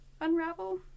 unravel